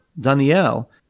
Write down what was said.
Daniel